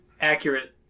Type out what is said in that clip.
accurate